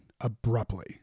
abruptly